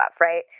right